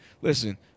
listen